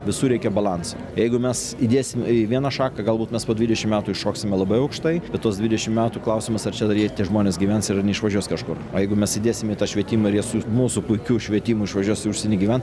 visur reikia balanso jeigu mes įdėsim į vieną šaką galbūt mes po dvidešim metų iššoksime labai aukštai bet tuos dvidešim metų klausimas ar čia dar jie tie žmonės gyvens ir neišvažiuos kažkur o jeigu mes įdėsime tą švietimą ir jie su mūsų puikiu švietimu išvažiuos į užsienį gyvent